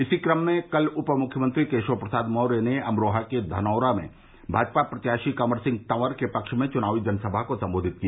इसी क्रम में कल उप मुख्यमंत्री केशव प्रसाद मौर्य ने अमरोहा के धनौरा में भाजपा प्रत्याशी कवर सिंह तवर के पक्ष में चुनावी जनसभा को संबोधित किया